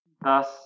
thus